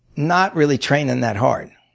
not really training that hard.